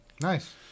Nice